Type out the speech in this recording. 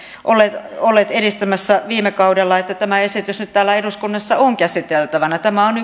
olleet edistämässä viime kaudella siitä että tämä esitys nyt täällä eduskunnassa on käsiteltävänä tämä on